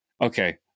Okay